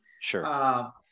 Sure